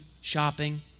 shopping